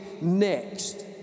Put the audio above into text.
next